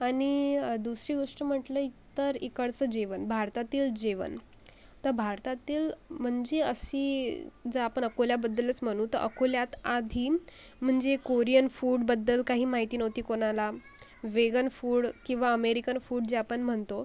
आणि दुसरी गोष्ट म्हटलं तर इकडचं जेवण भारतातील जेवण तर भारतातील म्हणजे अशी जर आपण अकोल्याबद्दलच म्हणू तर अकोल्यात आधी म्हणजे कोरियन फूडबद्दल काही माहिती नव्हती कोणाला वेगन फूड किंवा अमेरिकन फूड जे आपण म्हणतो